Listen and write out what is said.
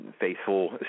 faithful